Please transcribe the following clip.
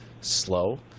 slow